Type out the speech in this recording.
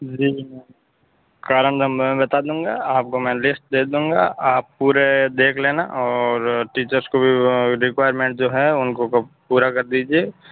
जी जी कारण नंबर मैं बता दूँगा आपको मैं लिस्ट दे दूँगा आप पूरे देख लेना और टीचर्स को भी रेकुईरमेंट जो है उनको पूरा कर दीजिए